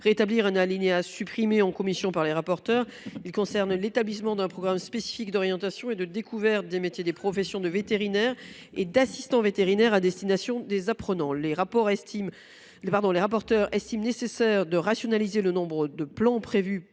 rétablir un alinéa supprimé en commission par MM. les rapporteurs. Il s’agit, plus précisément, de créer « un programme spécifique d’orientation et de découverte des métiers des professions de vétérinaire et d’assistant vétérinaire », à destination des apprenants. MM. les rapporteurs jugent nécessaire de rationaliser le nombre de plans